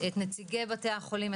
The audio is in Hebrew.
את נציגי בתי החולים,